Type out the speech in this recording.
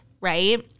right